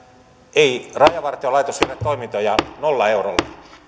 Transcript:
ei rajavartiolaitos suorita toimintojaan nollalla eurolla